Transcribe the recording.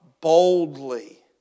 boldly